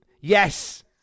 Yes